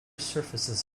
surfaces